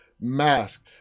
mask